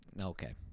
Okay